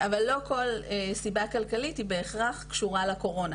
אבל לא כל סיבה כלכלית היא בהכרח קשורה לקורונה